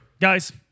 guys